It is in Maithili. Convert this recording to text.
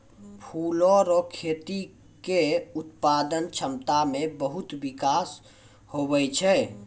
फूलो रो खेती के उत्पादन क्षमता मे बहुत बिकास हुवै छै